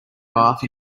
bath